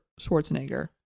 schwarzenegger